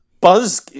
buzz